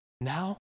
now